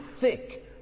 thick